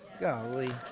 Golly